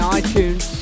iTunes